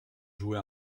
joué